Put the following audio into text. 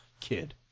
kid